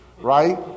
right